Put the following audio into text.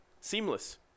seamless